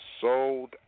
sold